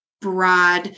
broad